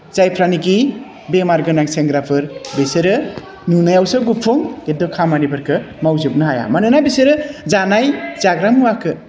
जायफ्रानिकि बेमार गोनां सेंग्राफोर बिसोरो नुनायावसो गुफुं किन्तु खामानिफोरखौ मावजोबनो हाया मानोना बिसोरो जानाय जाग्रा मुवाखो